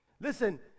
listen